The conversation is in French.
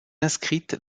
inscrite